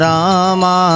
Rama